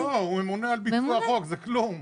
לא, הוא ממונה על ביצוע החוק, זה כלום.